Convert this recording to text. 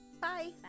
Bye